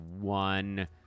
one